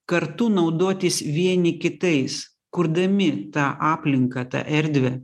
kartu naudotis vieni kitais kurdami tą aplinką tą erdvę